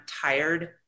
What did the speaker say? tired